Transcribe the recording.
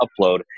upload